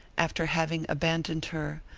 after having abandoned her,